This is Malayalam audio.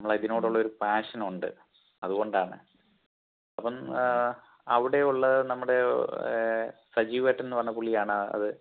നമ്മൾ ഇതിനോടുള്ളൊരു പാഷൻ ഉണ്ട് അതുകൊണ്ടാണ് അപ്പം അവിടെയുള്ള നമ്മുടെ സജീവേട്ടനെന്ന് പറയുന്ന പുള്ളിയാണ് അത്